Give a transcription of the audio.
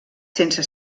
sense